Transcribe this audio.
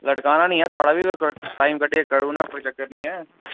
लटकाना निं ऐ थुआढ़ा बी टैम कड्ढि्यै करी ओड़ना कोई चक्कर निं ऐ